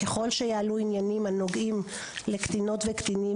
ככל שיעלו עניינים הנוגעים לקטינות וקטינים